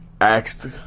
asked